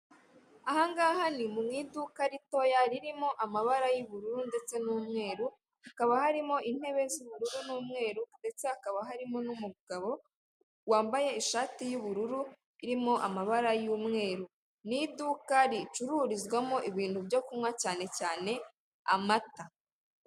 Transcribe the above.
Ahangaha ni mu iduka ritoya ririmo amabara y'ubururu ndetse n'umweru hakaba harimo intebe z'ubururu n'umweru ndetse hakaba harimo n'umugabo wambaye ishati y'ubururu irimo amabara y'umweru ni iduka ricururizwamo ibintu byo kunywa cyane cyane amata.